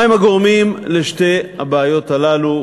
מה הם הגורמים לשתי הבעיות האלה,